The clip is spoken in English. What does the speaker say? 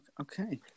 Okay